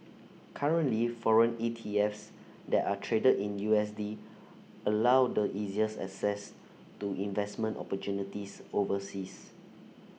currently foreign ETFs that are traded in U S D allow the easiest access to investment opportunities overseas